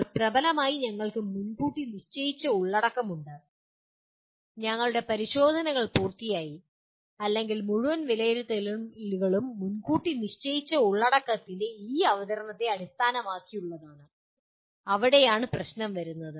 ഇപ്പോൾ പ്രബലമായി ഞങ്ങൾക്ക് മുൻകൂട്ടി നിശ്ചയിച്ച ഉള്ളടക്കമുണ്ട് ഞങ്ങളുടെ പരിശോധനകൾ പൂർത്തിയായി അല്ലെങ്കിൽ മുഴുവൻ വിലയിരുത്തലുകളും മുൻകൂട്ടി നിശ്ചയിച്ച ഉള്ളടക്കത്തിന്റെ ഈ അവതരണത്തെ അടിസ്ഥാനമാക്കിയുള്ളതാണ് അവിടെയാണ് പ്രശ്നം വരുന്നത്